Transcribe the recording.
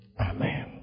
Amen